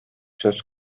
söz